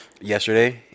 yesterday